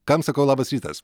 kam sakau labas rytas